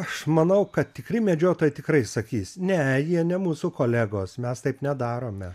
aš manau kad tikri medžiotojai tikrai sakys ne jie ne mūsų kolegos mes taip nedarome